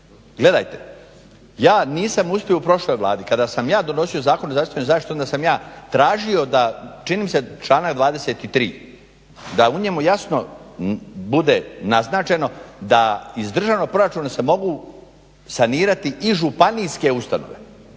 Gledajte, ja nisam uspio u prošloj Vladi. Kada sam ja donosio Zakone o zdravstvenoj zaštiti, onda sam ja tražio da, čini mi se članak 23., da u njemu jasno bude naznačeno, da ih državnog proračuna se može sanirati i županijske ustanove.